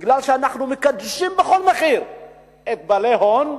משום שאנחנו מקדשים בכל מחיר את בעלי ההון,